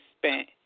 spent